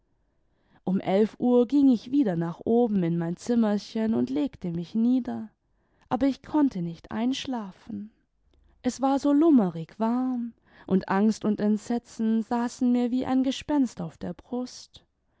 um elf uhr ging ich wieder nach oben in mein zimmerchen und legte mich nieder aber ich konnte nicht einsdüafen es war so lummerig warm und angst und entsetzen saßen mir wie ein gespenst auf der brust